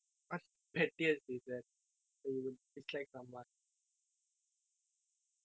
the pettiest like சின்ன சின்ன விஷயத்துக்கு:chinna chinna vishayathukku